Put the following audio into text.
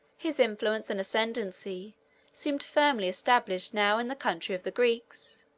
his influence and ascendency seemed firmly established now in the country of the greeks,